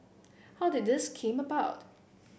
how did this come about